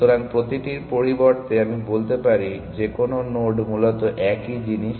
সুতরাং প্রতিটির পরিবর্তে আমি বলতে পারি যেকোন নোড মূলত একই জিনিস